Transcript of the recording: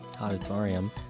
auditorium